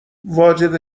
واجد